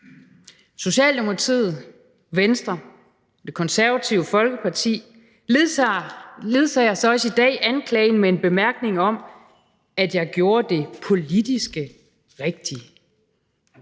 Socialdemokratiet, Venstre og Det Konservative Folkeparti ledsager så også i dag anklagen med en bemærkning om, at jeg gjorde det politisk rigtige.